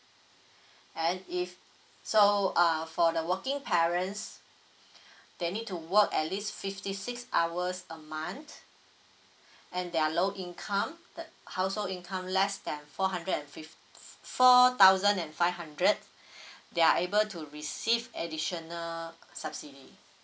and if so uh for the working parents they need to work at least fifty six hours a month and their low income the household income less than four hundred and fifty four thousand and five hundred they are able to receive additional subsidy